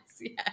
Yes